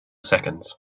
seconds